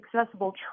accessible